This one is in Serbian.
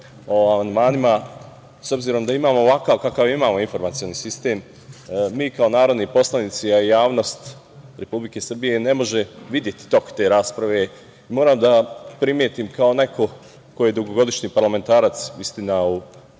o amandmanima, s obzirom da imamo ovakav kakav imamo informacioni sistem, mi kao narodni poslanici, a i javnost Republike Srbije ne može videti tok te rasprave, moram da primetim kao neko ko je dugogodišnji parlamentarac, mislim